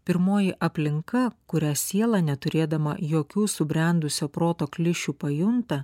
pirmoji aplinka kurią siela neturėdama jokių subrendusio proto klišių pajunta